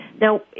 Now